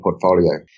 portfolio